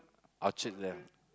Orchard there